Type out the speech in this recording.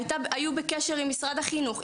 היו בקשר עם משרד החינוך,